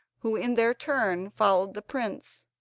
who in their turn followed the prince.